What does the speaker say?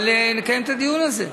אבל נקיים את הדיון הזה.